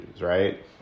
Right